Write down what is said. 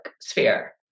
sphere